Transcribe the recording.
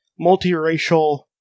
multiracial